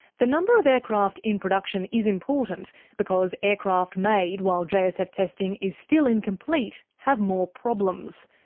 the number of aircraft in production is important because aircraft made while jsf testing is still incomplete have more problems.